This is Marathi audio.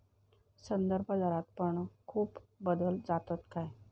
संदर्भदरात पण खूप बदल जातत काय?